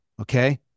Okay